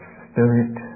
spirit